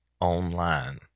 online